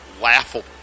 laughable